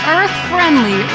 Earth-Friendly